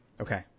Okay